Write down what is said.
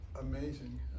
amazing